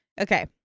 Okay